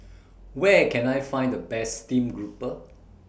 Where Can I Find The Best Steamed Grouper